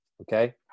okay